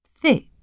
Thick